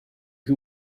who